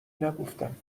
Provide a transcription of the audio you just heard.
نگفتم